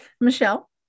Michelle